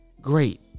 great